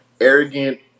arrogant